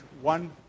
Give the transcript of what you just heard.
one